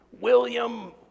William